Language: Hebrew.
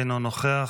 אינו נוכח.